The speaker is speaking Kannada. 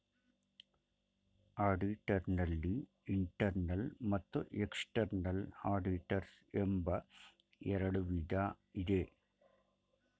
ಆಡಿಟರ್ ನಲ್ಲಿ ಇಂಟರ್ನಲ್ ಮತ್ತು ಎಕ್ಸ್ಟ್ರನಲ್ ಆಡಿಟರ್ಸ್ ಎಂಬ ಎರಡು ವಿಧ ಇದೆ